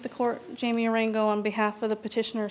the court jami wrangle on behalf of the petitioner